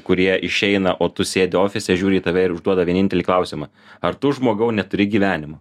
kurie išeina o tu sėdi ofise žiūri į tave ir užduoda vienintelį klausimą ar tu žmogau neturi gyvenimo